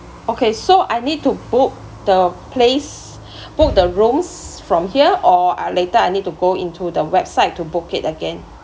okay so I need to book the place book the rooms from here or uh later I need to go into the website to book it again